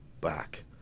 back